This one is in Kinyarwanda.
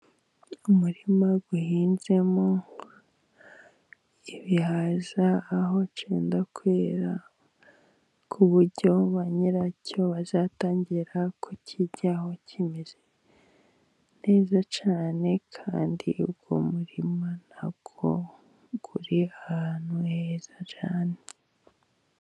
Umurima uhinzemo ibihaza aho cyenda kwera, ku buryo ba nyiracyo bazatangira kuryaho kimeze neza cyane kandi ubwo murima ntago uri ahantu heza cyane.